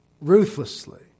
ruthlessly